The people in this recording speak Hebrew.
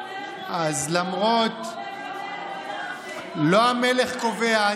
המלך רוצה, לא המלך קובע.